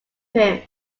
him